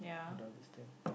done this thing